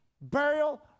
burial